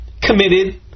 committed